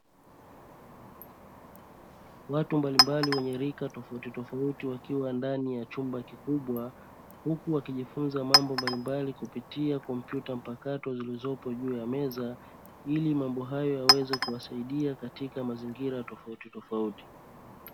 Watu mbalimbali wenye rika tofautitofauti wakiwa ndani ya chumba kikubwa huku wakijifunza mambo mbalimbali, kupitia kompyuta mpakato zilizopo juu ya meza, ili mambo hayo yaweze kuwasaidia katika mazingira tofautitofauti.